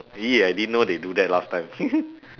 !ee! I didn't know they do that last time